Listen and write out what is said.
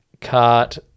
cart